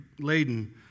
laden